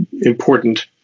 important